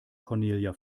cornelia